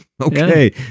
Okay